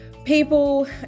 People